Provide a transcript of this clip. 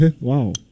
wow